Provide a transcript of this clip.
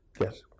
Yes